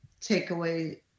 takeaway